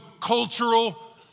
cultural